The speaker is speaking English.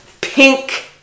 pink